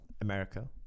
America